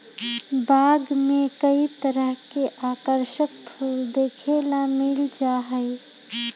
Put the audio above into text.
बाग में कई तरह के आकर्षक फूल देखे ला मिल जा हई